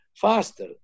faster